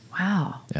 Wow